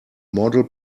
model